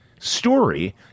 Story